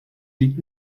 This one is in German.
liegt